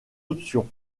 option